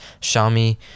xiaomi